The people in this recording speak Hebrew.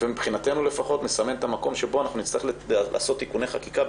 ומבחינתנו לפחות מסמן את המקום שבו אנחנו נצטרך לעשות תיקוני חקיקה,